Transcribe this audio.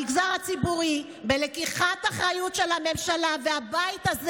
במגזר הציבורי ולקיחת אחריות של הממשלה והבית הזה